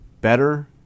better